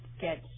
get